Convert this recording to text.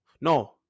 No